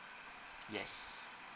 yes